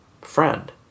friend